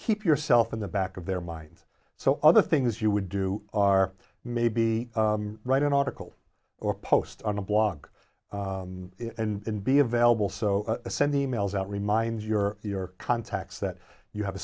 keep yourself in the back of their mind so other things you would do are maybe write an article or post on a blog and be available so sent e mails out remind your your contacts that you have a